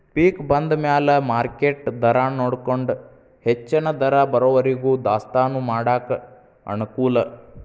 ಪಿಕ್ ಬಂದಮ್ಯಾಲ ಮಾರ್ಕೆಟ್ ದರಾನೊಡಕೊಂಡ ಹೆಚ್ಚನ ದರ ಬರುವರಿಗೂ ದಾಸ್ತಾನಾ ಮಾಡಾಕ ಅನಕೂಲ